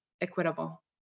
equitable